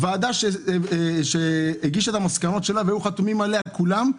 ועדה שהגישה את המסקנות שלה והיו חתומים עליה כולם,